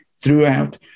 throughout